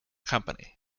company